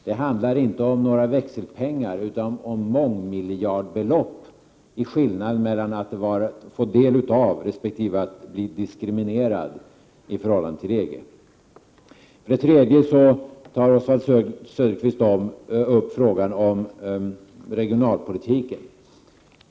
Det handlar inte om växelpengar utan om mångmiljardbelopp i skillnad mellan att få del av samarbetet resp. att bli diskriminerad i förhållande till EG. För det tredje berör Oswald Söderqvist frågan om regionalpolitiken.